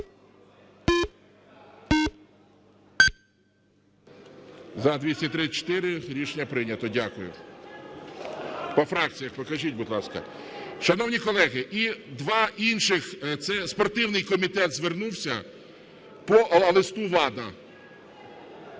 За-234 Рішення прийнято. Дякую. По фракціях покажіть, будь ласка. Шановні колеги, і два інших. Це спортивний комітет звернувся по листу ВАДА.